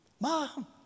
Mom